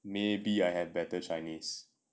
maybe I had better chinese